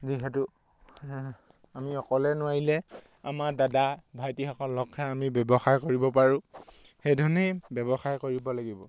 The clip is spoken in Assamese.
যিহেতু আমি অকলে নোৱাৰিলে আমাৰ দাদা ভাইটিসকল লগখাই আমি ব্যৱসায় কৰিব পাৰোঁ সেইধৰণেই ব্যৱসায় কৰিব লাগিব